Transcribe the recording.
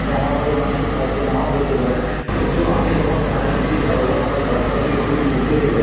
যে আমার মতো মানুষকে সাহায্য নাও করতে পারে কিন্তু আমি যখন তার কাছে যাই এবং তার ব্যবহার দেখে খুবই মুগ্ধ হয়ে যাই